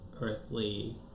earthly